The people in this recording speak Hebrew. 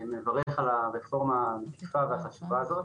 אני מברך על הרפורמה החשובה הזאת.